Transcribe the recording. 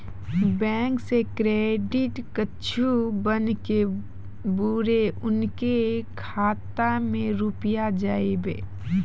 Bank से credit card बन के बुरे उनके खाता मे रुपिया जाएब?